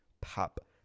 Pop